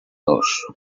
dos